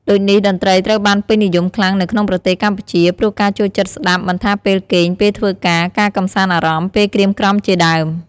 ដូចនេះតន្រ្តីត្រូវបានពេញនិយមខ្លាំងនៅក្នុងប្រទេសកម្ពុជា ព្រោះការចូលចិត្តស្តាប់មិនថាពេលគេង ពេលធ្វើការ ការកម្សាន្តអារម្មណ៍ ពេលក្រៀមក្រំជាដើម។